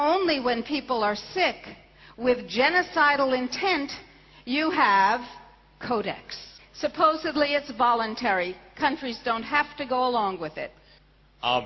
only when people are sick with genocidal intent you have codex supposedly it's a voluntary countries don't have to go along with it all